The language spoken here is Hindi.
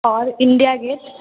और इंडिया गेट